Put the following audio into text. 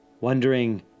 wondering